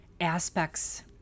aspects